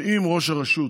ואם ראש הרשות